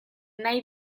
nahi